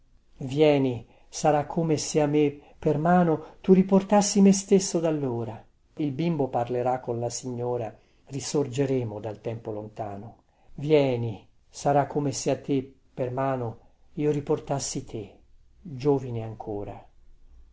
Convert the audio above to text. vieni sarà come se a me per mano tu riportassi me stesso dallora il bimbo parlerà con la signora risorgeremo dal tempo lontano vieni sarà come se a te per mano io riportassi te giovine ancora